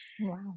Wow